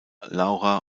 laura